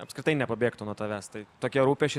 apskritai nepabėgtų nuo tavęs tai tokie rūpesčiai